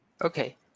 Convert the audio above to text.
Okay